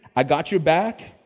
i got your back,